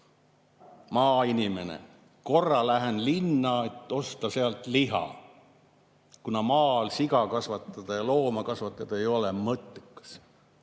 Maainimene. Korra lähen linna, et osta sealt liha, sest maal siga kasvatada ja looma kasvatada ei ole mõttekas.